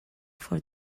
for